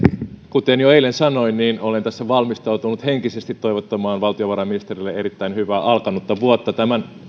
kuten jo eilen sanoin olen tässä valmistautunut henkisesti toivottamaan valtiovarainministerille erittäin hyvää alkanutta vuotta tämän